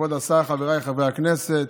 כבוד השר, חבריי חברי הכנסת,